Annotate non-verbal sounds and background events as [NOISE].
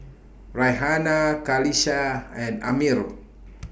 Raihana Qalisha and Ammir [NOISE]